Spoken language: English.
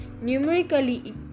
numerically